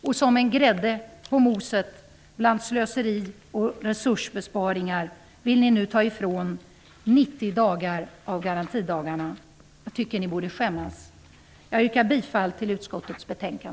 Och som grädde på moset bland slöseri och resursbesparingar vill ni nu ta ifrån 90 garantidagar. Jag tycker att ni borde skämmas! Jag yrkar bifall till utskottets hemställan.